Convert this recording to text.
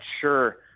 sure